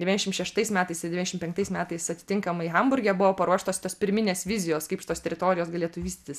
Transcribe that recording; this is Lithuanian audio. devyniasdešim šeštais metais ir devyniasdešim penktais metais atitinkamai hamburge buvo paruoštos tos pirminės vizijos kaip šitos teritorijos galėtų vystytis